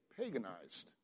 paganized